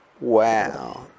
Wow